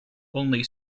only